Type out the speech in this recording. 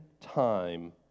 time